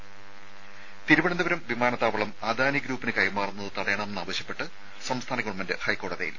ത തിരുവനന്തപുരം വിമാനത്താവളം അദാനി ഗ്രൂപ്പിന് കൈമാറുന്നത് തടയണമെന്നാവശ്യപ്പെട്ട് സംസ്ഥാന ഗവൺമെന്റ് ഹൈക്കോടതിയിൽ